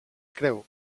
creu